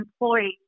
employees